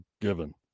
given